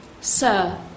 sir